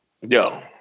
yo